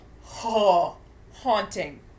Haunting